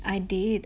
I did